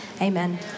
Amen